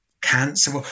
cancer